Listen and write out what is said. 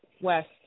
west